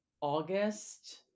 August